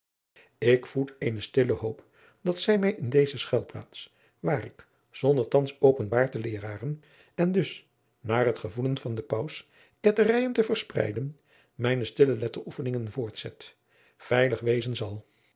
ik voed eene stille hoop dat zij mij in deze schuilplaats waar ik zonder thans openbaar te leeraren en dus naar het gevoelen van den paus ketterijen te verspreiden mijne stille letteroefeningen voortzet veilig wezen zal